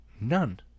None